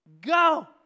go